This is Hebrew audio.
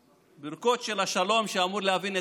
שממנה אני לא מצפה לשום דבר